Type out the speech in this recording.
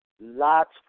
lots